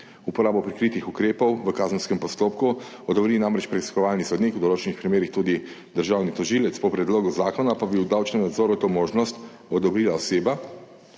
Uporabo prikritih ukrepov v kazenskem postopku odobri namreč preiskovalni sodnik, v določenih primerih tudi državni tožilec, po predlogu zakona pa bi v davčnem nadzoru to možnost odobrila oseba,